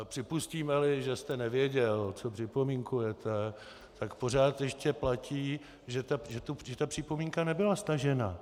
Připustímeli, že jste nevěděl, co připomínkujete, pořád ještě platí, že ta připomínka nebyla stažena.